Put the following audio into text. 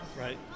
Right